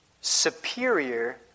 superior